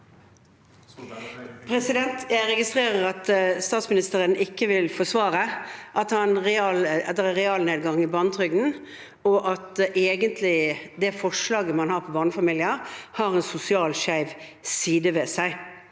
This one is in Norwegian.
Jeg registrerer at stats- ministeren ikke vil forsvare at det er en realnedgang i barnetrygden, og at det forslaget man har for barnefamilier, egentlig har en sosialt skjev side ved seg.